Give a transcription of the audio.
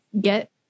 get